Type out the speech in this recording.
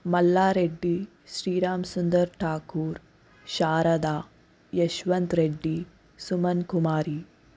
Mallareddy Sriram Sundar Thakur Sharada Yaswanth Reddy Suman Kumari